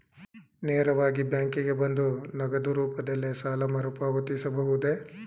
ನೇರವಾಗಿ ಬ್ಯಾಂಕಿಗೆ ಬಂದು ನಗದು ರೂಪದಲ್ಲೇ ಸಾಲ ಮರುಪಾವತಿಸಬಹುದೇ?